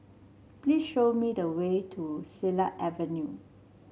please show me the way to Silat Avenue